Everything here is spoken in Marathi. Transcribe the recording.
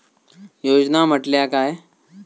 योजना म्हटल्या काय?